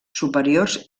superiors